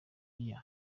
libya